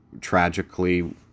tragically